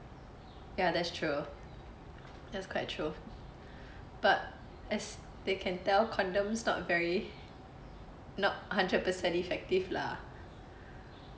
ya that's true that's quite true but as they can tell condoms not very not hundred percent effective lah